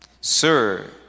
Sir